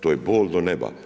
To je bol do neba.